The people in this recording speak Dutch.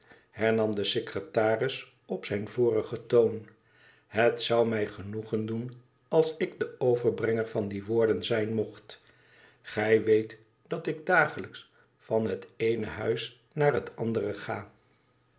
hernam de secretaris op zijn vorigen toon het zou mij genoegen doen als ik de overbrenger van die woorden zijn mocht gij weet dat ik dagelijks van het eene huis naar het andere ga